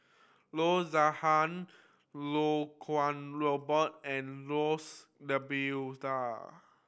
Loo Zihan Iau Kuo Robert and Jose D'Almeida